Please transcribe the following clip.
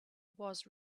was